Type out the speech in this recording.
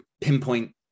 pinpoint